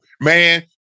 man